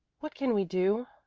what can we do?